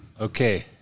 Okay